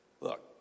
Look